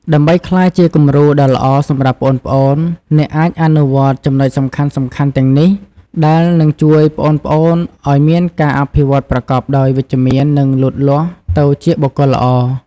ដើម្បីក្លាយជាគំរូដ៏ល្អសម្រាប់ប្អូនៗ អ្នកអាចអនុវត្តចំណុចសំខាន់ៗទាំងនេះ ដែលនឹងជួយប្អូនៗឱ្យមានការអភិវឌ្ឍប្រកបដោយវិជ្ជមាន និងលូតលាស់ទៅជាបុគ្គលល្អ ។